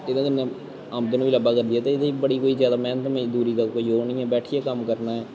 एह्दे कन्नै आमदन बी लब्भा करदी ऐ ते एह्दे च बड़ी कोई जैदा मैह्नत मजदूरी दा कोई ओह् निं ऐ बैट्ठियै कम्म करना ऐ